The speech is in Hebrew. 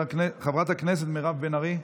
חברת הכנסת מירב בן ארי.